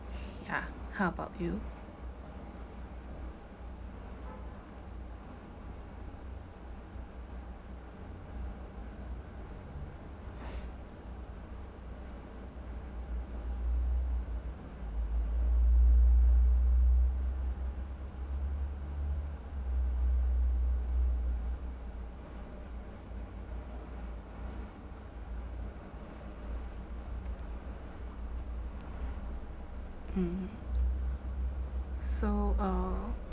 ya how about you mm so uh